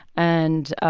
and